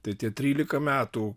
tai tie trylika metų